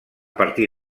partir